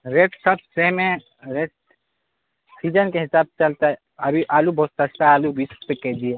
rate سب same ہیں rate season کے حساب سے چلتا ہے ابھی آلو بہت سستا ہے آلو بیس روپئے کے جی ہے